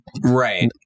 right